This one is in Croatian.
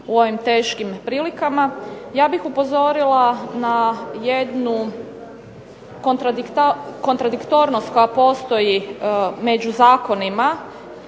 u ovim teškim prilikama. Ja bih upozorila na jednu kontradiktornost koja postoji među zakonima